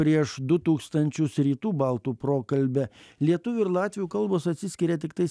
prieš du tūkstančius rytų baltų prokalbe lietuvių ir latvių kalbos atsiskiria tiktai